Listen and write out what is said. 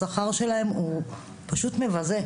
השכר שלהן הוא פשוט מבזה.